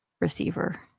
receiver